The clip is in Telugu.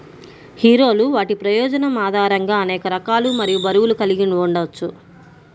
హీరోలు వాటి ప్రయోజనం ఆధారంగా అనేక రకాలు మరియు బరువులు కలిగి ఉండవచ్చు